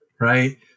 right